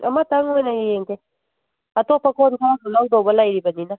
ꯑꯃꯠꯇꯪ ꯑꯣꯏꯅ ꯌꯦꯡꯒꯦ ꯑꯇꯣꯞꯄ ꯀꯣꯟ ꯈꯔꯁꯨ ꯂꯧꯗꯧꯕ ꯂꯩꯔꯤꯕꯅꯤꯅ